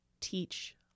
teach